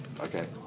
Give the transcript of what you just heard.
Okay